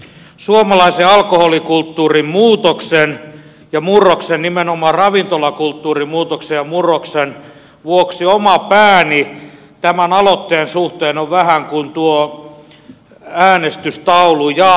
suomalaisen alkoholikulttuurin muutoksen ja murroksen nimenomaan ravintolakulttuurin muutoksen ja murroksen vuoksi oma pääni tämän aloitteen suhteen on vähän kuin tuo äänestystaulu